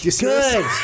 good